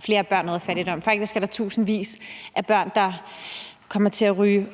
flere børn ud af fattigdom. Faktisk er der tusindvis af børn, der kommer til at ryge